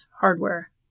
hardware